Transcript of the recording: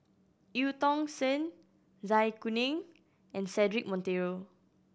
Eu Tong Sen Zai Kuning and Cedric Monteiro